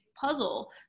puzzle